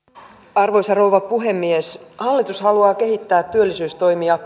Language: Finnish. arvoisa rouva puhemies hallitus haluaa kehittää työllisyystoimia